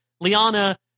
Liana